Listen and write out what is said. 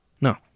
no